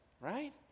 right